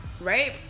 right